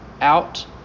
out